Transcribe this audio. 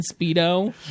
Speedo